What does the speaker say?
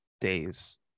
days